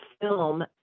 film